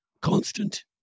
constant